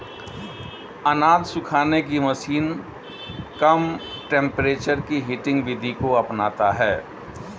अनाज सुखाने की मशीन कम टेंपरेचर की हीटिंग विधि को अपनाता है